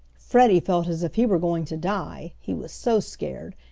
freddie felt as if he were going to die, he was so scared,